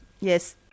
yes